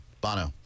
Bono